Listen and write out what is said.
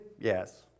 Yes